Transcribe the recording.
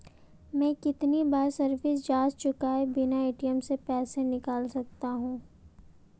मैं कितनी बार सर्विस चार्ज चुकाए बिना ए.टी.एम से पैसे निकाल सकता हूं?